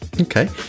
okay